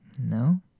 No